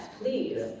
please